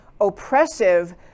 oppressive